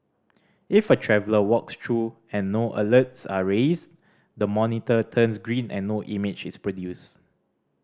if a traveller walks through and no alerts are raised the monitor turns green and no image is produced